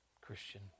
Christian